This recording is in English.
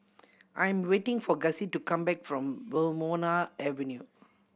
I am waiting for Gussie to come back from Wilmonar Avenue